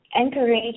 encourage